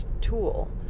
tool